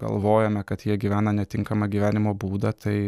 galvojame kad jie gyvena netinkamą gyvenimo būdą tai